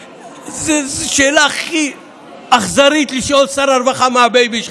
זו השאלה הכי אכזרית לשאול שר הרווחה: מה הבייבי שלך?